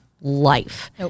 life